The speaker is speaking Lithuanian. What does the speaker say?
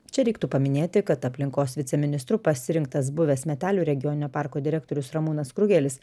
čia reiktų paminėti kad aplinkos viceministru pasirinktas buvęs metelių regioninio parko direktorius ramūnas krugelis